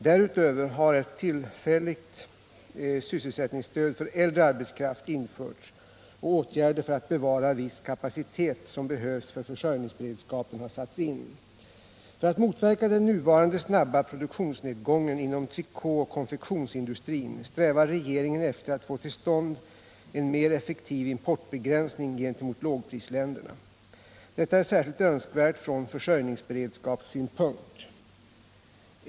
Därutöver har ett tillfälligt sysselsättningsstöd för äldre arbetskraft införts, och åtgärder för att bevara viss kapacitet som behövs för försörjningsberedskapen har satts in. För att motverka den nuvarande snabba produktionsnedgången inom trikåoch konfektionsindustrin strävar regeringen efter att få till stånd en mer effektiv importbegränsning gentemot lågprisländerna. Detta är särskilt önskvärt från försörjningsberedskapssynpunkt.